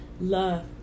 Love